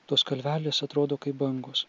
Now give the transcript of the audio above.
tos kalvelės atrodo kaip bangos